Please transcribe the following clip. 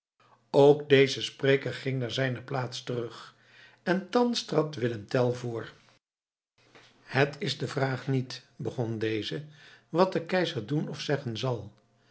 ook deze spreker ging naar zijne plaats terug en thans trad willem tell voor het is de vraag niet begon deze wat de keizer doen of zeggen zal